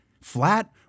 Flat